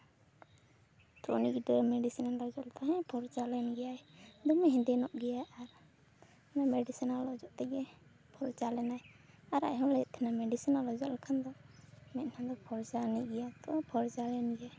ᱛᱚ ᱩᱱᱤ ᱜᱤᱫᱟᱹᱨ ᱢᱤᱰᱤᱥᱤᱱᱟᱞᱮ ᱚᱡᱚᱜ ᱠᱮᱫᱟᱟ ᱦᱮᱸ ᱯᱷᱚᱨᱪᱟ ᱞᱮᱱ ᱜᱮᱭᱟᱭ ᱫᱚᱢᱮ ᱦᱮᱸᱫᱮ ᱧᱚᱜ ᱜᱮᱭᱟᱭ ᱟᱨ ᱢᱮᱰᱤᱥᱚᱱᱟᱞ ᱚᱡᱚᱜ ᱛᱮᱜᱮ ᱯᱷᱚᱨᱪᱟ ᱞᱮᱱᱟᱭ ᱟᱨ ᱟᱡ ᱦᱚᱸᱭ ᱞᱟᱹᱭᱮᱫ ᱛᱟᱦᱮᱱ ᱢᱮᱰᱤᱥᱚᱱᱟᱞ ᱚᱡᱚᱜ ᱞᱮᱠᱷᱟᱱ ᱫᱚ ᱢᱮᱫᱼᱦᱟᱸ ᱫᱚ ᱯᱷᱚᱨᱪᱟ ᱟᱱᱤᱡ ᱜᱮᱭᱟ ᱛᱚ ᱯᱷᱚᱨᱪᱟ ᱞᱮᱱ ᱜᱮᱭᱟᱭ